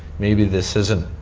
maybe this isn't